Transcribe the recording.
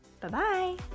Bye-bye